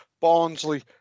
Barnsley